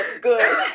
good